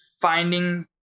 finding